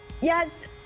Yes